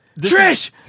Trish